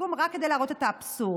סיכום רק כדי להראות את האבסורד.